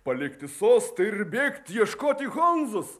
palikti sostą ir bėgti ieškoti honzos